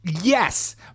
yes